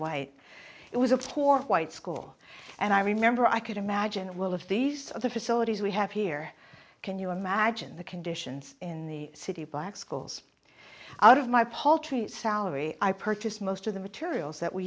white it was a poor white school and i remember i could imagine the will of these other facilities we have here can you imagine the conditions in the city black schools out of my paltry salary i purchased most of the materials that we